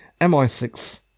MI6